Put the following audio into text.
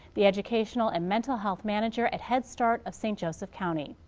the educational and mental health manager at head start of st. joseph county.